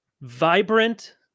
vibrant